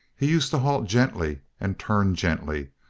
he used to halt gently, and turn gently,